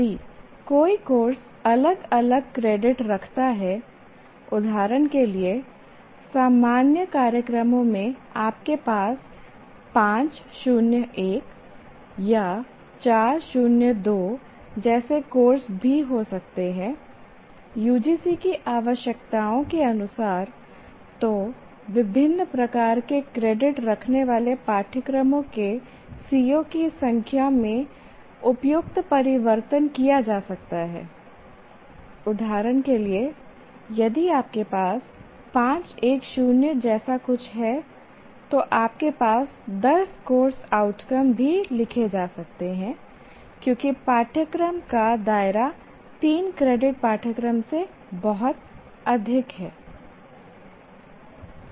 यदि कोई कोर्स अलग अलग क्रेडिट रखता है उदाहरण के लिए सामान्य कार्यक्रमों में आपके पास 5 0 1 या 4 0 2 जैसे कोर्स भी हो सकते हैं UGC की आवश्यकताओं के अनुसार तो विभिन्न प्रकार के क्रेडिट रखने वाले पाठ्यक्रमों के CO की संख्या में उपयुक्त परिवर्तन किया जा सकता हैI उदाहरण के लिए यदि आपके पास 5 1 0 जैसा कुछ है तो आपके पास 10 कोर्स आउटकम भी लिखे जा सकते हैं क्योंकि पाठ्यक्रम का दायरा 3 क्रेडिट पाठ्यक्रम से बहुत अधिक है